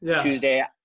Tuesday